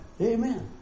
Amen